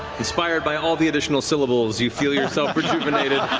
inspired by all the additional syllables, you feel yourself rejuvenated.